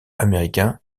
américain